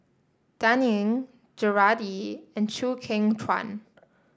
Dan Ying Gerard Ee and Chew Kheng Chuan